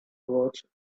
brought